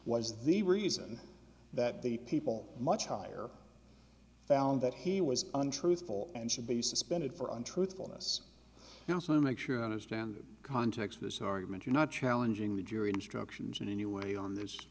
was the reason that the people much higher found that he was untruthful and should be suspended for untruthfulness to make sure i understand the context of this argument you're not challenging the jury instructions in any way on this